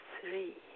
three